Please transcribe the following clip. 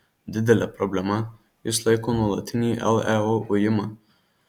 didele problema jis laiko nuolatinį leu ujimą